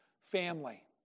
family